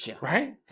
Right